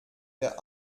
der